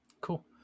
Cool